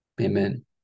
Amen